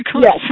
Yes